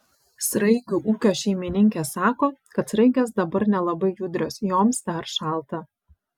sraigių ūkio šeimininkė sako kad sraigės dabar nelabai judrios joms dar šalta